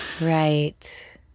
Right